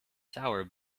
sour